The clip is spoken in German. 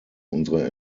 unsere